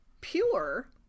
Pure